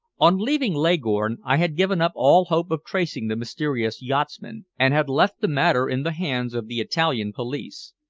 on leaving leghorn i had given up all hope of tracing the mysterious yachtsman, and had left the matter in the hands of the italian police.